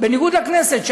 בניגוד לכנסת,